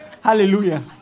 Hallelujah